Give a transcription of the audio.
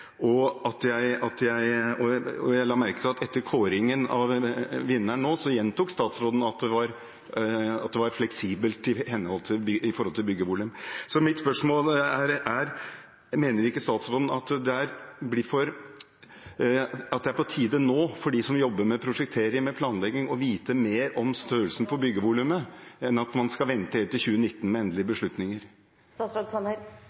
Jeg la merke til at etter kåringen av vinneren nå gjentok statsråden at det var fleksibelt med hensyn til bygningsvolum. Mitt spørsmål er: Mener ikke statsråden at det er på tide nå for dem som jobber med prosjektering og planlegging, å vite mer om størrelsen på bygningsvolumet enn at man skal vente helt til 2019 med endelige